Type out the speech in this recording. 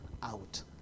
out